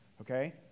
okay